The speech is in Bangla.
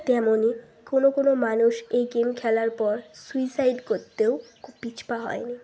তেমনই কোনো কোনো মানুষ এই গেম খেলার পর সুইসাইড করতেও কো পিছপা হয়নি